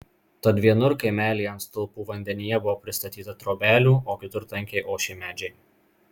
tad vienur kaimelyje ant stulpų vandenyje buvo pristatyta trobelių o kitur tankiai ošė medžiai